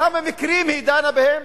כמה מקרים, היא דנה בהם?